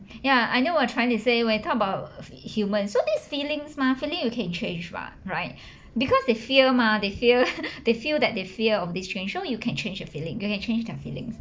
ya I know what you're trying to say when talk about human so these feelings mah feeling you can change mah right because they fear mah they fear they feel that they fear of this change so you can change your feeling you can change their feelings